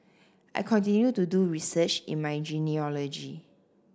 I continue to do research in my genealogy